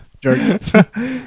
Jerky